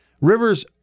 Rivers